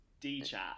D-chat